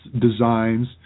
designs